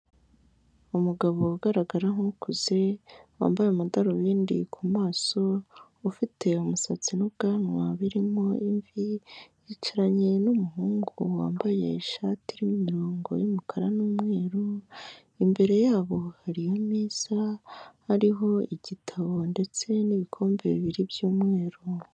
Umugabo ugaragara nk'ukuze, wambaye amadarubindi ku maso, ufite umusatsi n'ubwanwa birimo imvi, yicaranye n'umuhungu wambaye ishati irimo imirongo y'umukara n'umweru, imbere yabo hari ameza, hariho igitabo ndetse n'ibikombe bibiri byumweru.